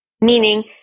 meaning